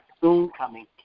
soon-coming